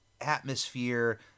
atmosphere